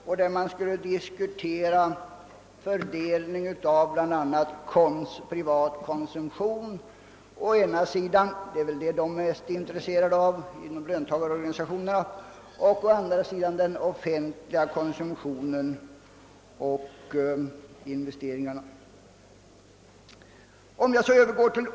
Då skulle man givetvis diskutera sådana saker som fördelningen mellan privat konsumtion å ena sidan — det är väl vad de är mest intresserade av inom löntagarorganisationerna — och å andra sidan den offentliga konsumtionen och investeringarna.